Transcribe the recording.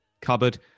cupboard